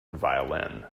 violin